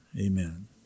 amen